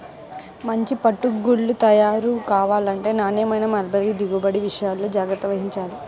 మంచి పట్టు గూళ్ళు తయారు కావాలంటే నాణ్యమైన మల్బరీ దిగుబడి విషయాల్లో జాగ్రత్త వహించాలి